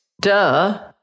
Duh